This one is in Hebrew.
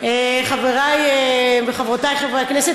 חברי וחברותי חברי הכנסת,